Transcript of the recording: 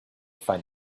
find